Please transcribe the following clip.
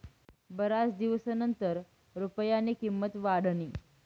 बराच दिवसनंतर रुपयानी किंमत वाढनी